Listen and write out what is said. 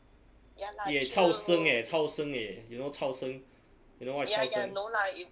yi eh chao sng eh chao sng eh you know chao sng you know what is chao sng